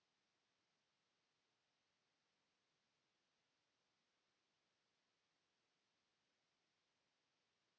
Kiitos,